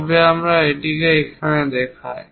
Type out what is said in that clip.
তবে আমরা এটিকে দেখাই